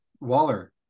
Waller